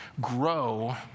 grow